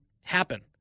happen